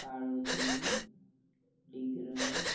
Palodi Digras